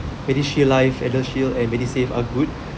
MediShield life ElderShield and MediSave are good